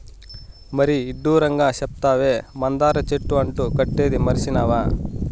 మరీ ఇడ్డూరంగా సెప్తావే, మందార చెట్టు అంటు కట్టేదీ మర్సినావా